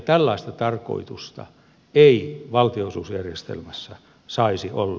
tällaista tarkoitusta ei valtionosuusjärjestelmässä saisi olla